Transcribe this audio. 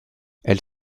elle